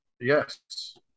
Yes